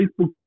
Facebook